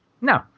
No